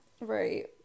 Right